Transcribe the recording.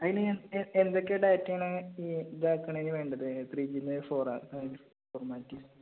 അതിന് എന്തൊക്കെ ഡാറ്റയാണ് ഈ ഇതാക്കുന്നതിന് വേണ്ടത് ത്രീ ജിയില് നിന്ന് ഫോർ ആക്കാന് ഫോർമാലിറ്റീസ്